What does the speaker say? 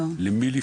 לא.